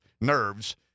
nerves